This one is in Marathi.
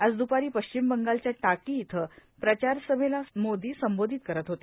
आज दुपारी पश्चिम बंगालच्या टाकी इथं प्रचार सभेला मोदी संबोधित करत होते